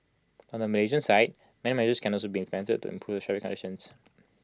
on the Malaysian side many measures can also be implemented to improve the traffic conditions